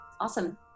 awesome